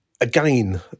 Again